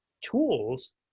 tools